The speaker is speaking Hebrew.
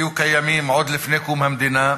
היו קיימים עוד לפני קום המדינה.